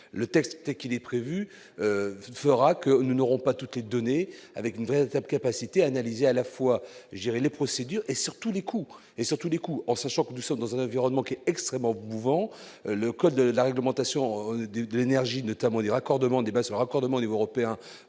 le texte qu'il est prévu qu'ne fera que nous n'aurons pas toutes les données avec une véritable capacité à analyser, à la fois gérer les procédures et surtout les coups et surtout les coups en sachant que nous sommes dans un environnement qui est extrêmement mouvant, le code de la réglementation de l'énergie notamment du raccordement des ce